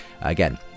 again